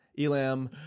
elam